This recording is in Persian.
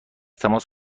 تماس